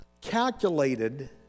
calculated